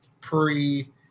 pre